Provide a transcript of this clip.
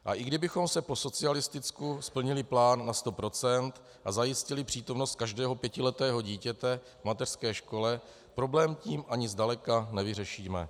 A i kdybychom po socialisticku splnili plán na 100 % a zajistili přítomnost každého pětiletého dítěte v mateřské škole, problém tím ani zdaleka nevyřešíme.